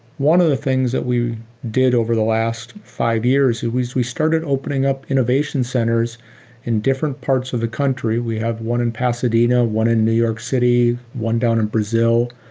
one of the things that we did over the last five years is we started opening up innovation centers in different parts of the country. we have one in pasadena, one in new york city, one down in brazil,